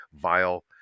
vile